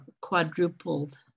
quadrupled